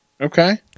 Okay